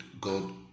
God